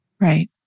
Right